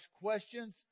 questions